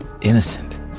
innocent